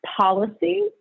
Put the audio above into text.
policy